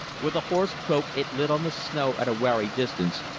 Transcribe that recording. with a hoarse croak it lit on the snow at a wary distance,